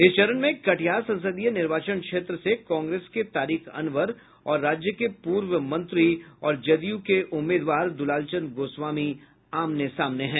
इस चरण में कटिहार संसदीय निर्वाचन क्षेत्र में कांग्रेस के तारिक अनवर और राज्य के पूर्व मंत्री और जदयू के दुलालचंद गोस्वामी आमने सामने हैं